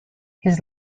his